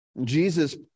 Jesus